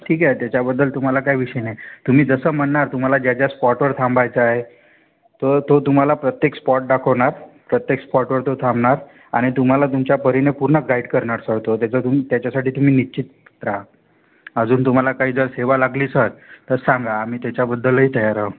ठीक आहे त्याच्याबद्दल तुम्हाला काय विषय नाही तुम्ही जसं म्हणणार तुम्हाला ज्या ज्या स्पॉटवर थांबायचं आहे तं तो तुम्हाला प्रत्येक स्पॉट दाखवणार प्रत्येक स्पॉटवर तो थांबणार आणि तुम्हाला तुमच्यापरीने पूर्ण गाईट करणार सर तो त्याचं तुम् त्याच्यासाठी तुम्ही निश्चिन्त रहा अजून तुम्हाला काय जर सेवा लागली सर तर सांगा आम्ही त्याच्याबद्दलही तयार आहे